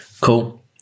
Cool